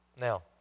Now